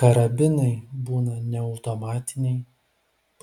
karabinai būna neautomatiniai